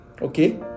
Okay